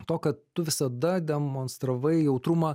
to kad tu visada demonstravai jautrumą